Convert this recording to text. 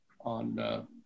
on